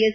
S